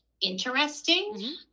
interesting